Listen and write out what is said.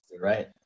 right